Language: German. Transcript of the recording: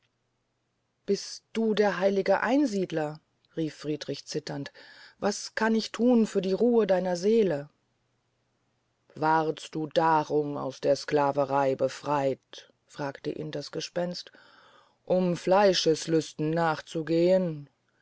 bist du der heilige einsiedler rief friedrich zitternd was kann ich thun für die ruhe deiner seele wardst du darum aus der sclaverey befreyt fragte ihn das gespenst um fleischeslüsten nachzugehn